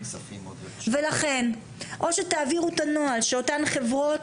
לכן או שתעבירו את הנוהל שאותן חברות